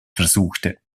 versuchte